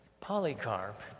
Polycarp